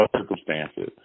circumstances